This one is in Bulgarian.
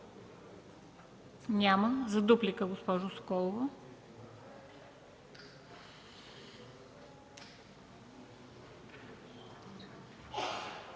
Няма. За дуплика – госпожа Соколова.